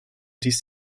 dies